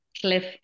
Cliff